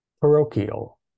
parochial